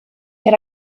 per